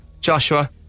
Joshua